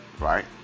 right